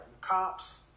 cops